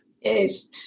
Yes